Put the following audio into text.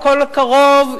הכול קרוב,